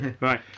Right